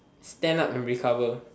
stand up and recover